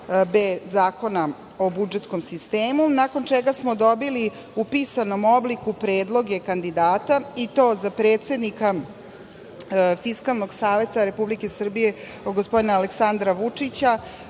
92b. Zakona o budžetskom sistemu, a nakon čega smo dobili u pisanom obliku predloge kandidata, i to za predsednika Fiskalnog saveta Republike Srbije, gospodina Aleksandra Vučića,